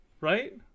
right